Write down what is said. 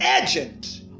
agent